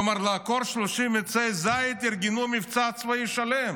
כלומר לעקור 30 עצי זית, ארגנו מבצע צבאי שלם.